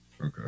Okay